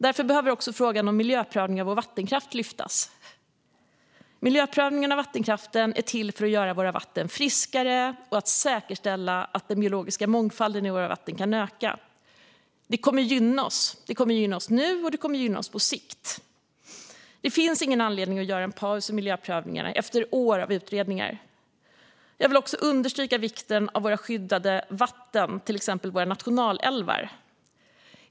Därför behöver också frågan om miljöprövning av vattenkraft lyftas. Miljöprövningen av vattenkraften är till för att göra våra vatten friskare och att säkerställa att den biologiska mångfalden i våra vatten kan öka. Det kommer att gynna oss, både nu och på sikt. Det finns ingen anledning att göra en paus i miljöprövningarna efter år av utredningar. Jag vill också understryka vikten av våra skyddade vatten, till exempel vara nationalälvar.